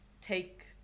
take